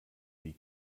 die